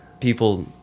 people